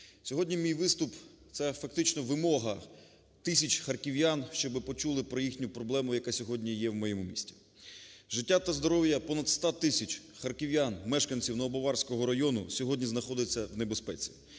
Сьогодні мій виступ – це фактично вимога тисяч харків'ян, щоб почули про їхню проблему, яка сьогодні є у моєму місті. Життя та здоров'я понад 100 тисяч харків'ян, мешканців Новобаварського району, сьогодні знаходиться у небезпеці.